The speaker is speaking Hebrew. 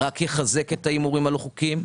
רק יחזק את ההימורים הלא חוקיים.